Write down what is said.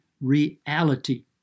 reality